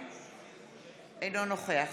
אינו נוכח